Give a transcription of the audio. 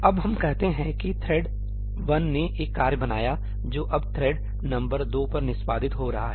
अब हम कहते हैं कि थ्रेड 1 ने एक कार्य बनाया जो अब थ्रेड नंबरthread number 2 पर निष्पादित हो रहा है